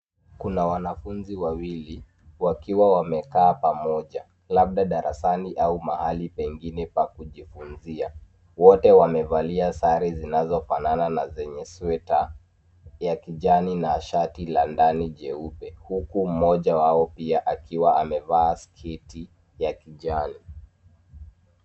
Kuna wanafunzi wawili wakiwa wamekaa pamoja labda darasani au mahali pengine pa kujifunzia. Wote wamevalia sare zinazofanana na zenye sweta ya kijani na shati la ndani jeupe, huku mmoja wao piaakiwa amevaa sketi ya kijani.